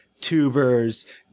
tubers